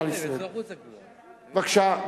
לישראל (גמלאות) (תיקון מס' 27). בבקשה.